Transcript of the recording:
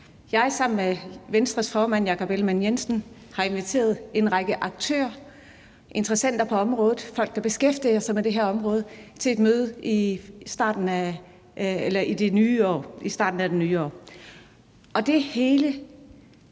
jeg sammen med Venstres formand, Jakob Ellemann-Jensen, har inviteret en række aktører, interessenter, på området, folk, der beskæftiger sig med det her område, til et møde i starten af det nye år.